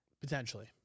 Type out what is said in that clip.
Potentially